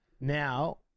Now